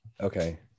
Okay